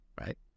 right